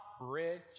rich